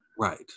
right